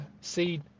seed